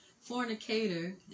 fornicator